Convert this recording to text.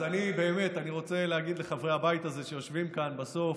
אז אני באמת רוצה להגיד לחברי הבית הזה שיושבים כאן: בסוף,